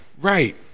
Right